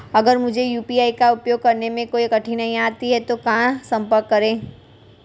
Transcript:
अगर मुझे यू.पी.आई का उपयोग करने में कोई कठिनाई आती है तो कहां संपर्क करें?